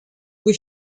was